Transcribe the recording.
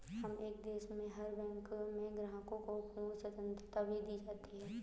हर एक देश में हर बैंक में ग्राहकों को पूर्ण स्वतन्त्रता भी दी जाती है